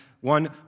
One